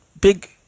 big